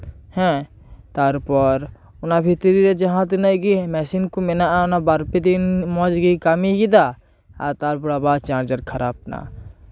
ᱦᱮᱸ ᱛᱟᱨᱯᱚᱨ ᱚᱱᱟ ᱵᱷᱤᱛᱨᱤ ᱨᱮ ᱡᱟᱦᱟᱸ ᱛᱤᱱᱟᱹᱜ ᱜᱮ ᱢᱮᱥᱤᱱ ᱠᱚ ᱢᱮᱱᱟᱜᱼᱟ ᱚᱱᱟ ᱵᱟᱨ ᱯᱮ ᱫᱤᱱ ᱢᱚᱸᱡᱜᱮ ᱠᱟᱹᱢᱤ ᱠᱮᱫᱟ ᱛᱟᱨᱯᱚᱨ ᱟᱵᱟᱨ ᱪᱟᱨᱡᱟᱨ ᱠᱷᱟᱨᱟᱯᱱᱟ